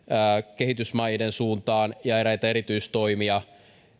kehitysmaiden suuntaan ja eräitä erityistoimia